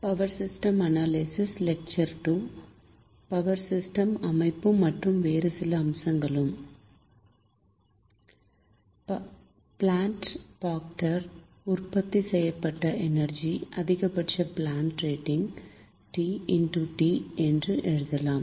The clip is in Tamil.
பிளான்ட் பாக்டர் உற்பத்தி செய்யப்பட்ட எனர்ஜி அதிகபட்ச பிளான்ட் ரேட்டிங் T என்று எழுதலாம்